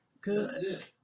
Good